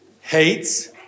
hates